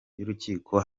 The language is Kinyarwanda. y’urukiko